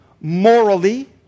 morally